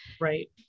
Right